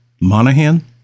Monahan